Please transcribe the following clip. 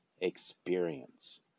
experience